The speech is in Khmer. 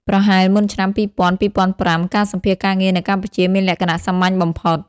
ប្រហែលមុនឆ្នាំ ២០០០-២០០៥ ការសម្ភាសន៍ការងារនៅកម្ពុជាមានលក្ខណៈសាមញ្ញបំផុត។